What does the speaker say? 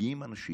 מגיעים אנשים